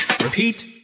Repeat